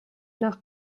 nach